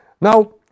Now